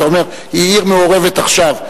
אתה אומר: היא עיר מעורבת עכשיו.